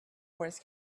wars